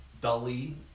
dully